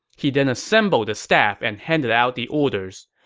he then assembled the staff and handed out the orders.